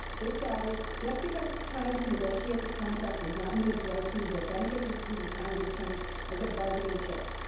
britt dowdy, just because it's time to negotiate the contract does not mean it's right to use the beneficial student calendar change as a bargaining chip.